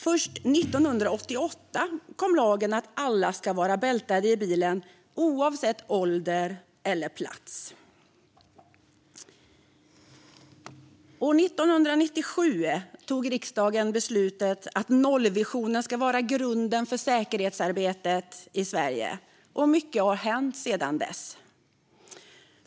Först 1988 kom lagen om att alla skulle vara bältade i bilen oavsett ålder eller plats. År 1997 tog riksdagen beslutet att nollvisionen skulle vara grunden för säkerhetsarbetet i Sverige. Mycket har hänt sedan dess.